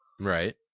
Right